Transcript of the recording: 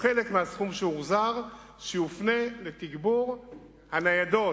שחלק מהסכום שהוחזר יופנה לתגבור הניידות,